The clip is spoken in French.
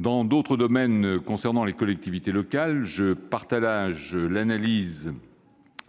propos d'autres domaines concernant les collectivités territoriales, je partage l'analyse